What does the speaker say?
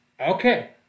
Okay